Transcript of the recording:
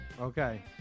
Okay